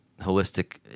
holistic